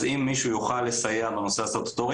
אז אם מישהו יוכל לסייע בנושא הסטטוטורי